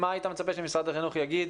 ספציפית, מה היית מצפה שמשרד החינוך יגיד,